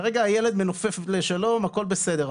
כרגע הילד מנופף לשלום והכל בסדר,